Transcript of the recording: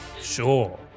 Sure